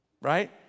Right